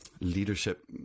leadership